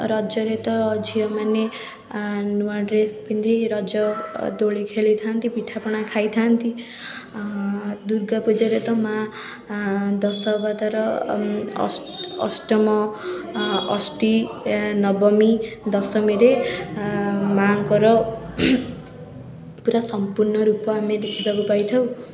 ରଜରେ ତ ଝିଅମାନେ ଆ ନୂଆ ଡ୍ରେସ୍ ପିନ୍ଧି ରଜ ଦୋଳି ଖେଳିଥାନ୍ତି ପିଠାପଣା ଖାଇଥାନ୍ତି ଦୁର୍ଗାପୂଜାରେ ତ ମାଆ ଦଶ ଅବତାର ଅଷ ଅଷ୍ଟମ ଅଷ୍ଟୀ ଏ ନବମୀ ଦଶମୀରେ ମାଆଙ୍କର ପୂରା ସମ୍ପୂର୍ଣ୍ଣ ରୂପ ଆମେ ଦେଖିବାକୁ ପାଇଥାଉ